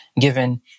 given